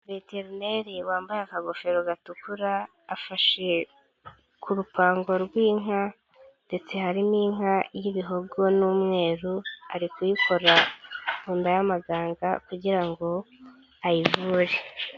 Veterineri wambaye akagofero gatukura, afashe ku rupango rw'inka ndetse hari n'inka y'ibihogo n'umweru, ari kuyikora mu nda y'amaganga kugira ngo ayivure.